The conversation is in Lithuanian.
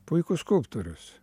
puikus skulptorius